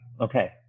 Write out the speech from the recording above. okay